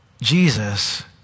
Jesus